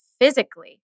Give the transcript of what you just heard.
physically